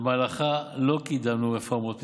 ובמהלכה לא קידמנו רפורמות מיסוי,